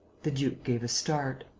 the duke gave a start